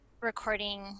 recording